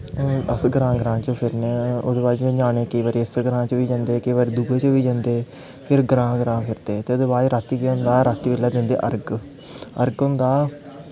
अस ग्रांऽ ग्रांऽ बिच्च फिरने ओह्दे बाद च ञ्यानें केईं बारी इस्सैै ग्रांऽ च जंदे केईं बारी दुए ग्रांऽ बिच्च बी जंदे ग्रांऽ ग्रांऽ बिच्च फिरदे ते ओह्दे बाद केह् होंदा रातीं दिंदे अर्ग अर्ग होंदा